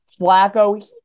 Flacco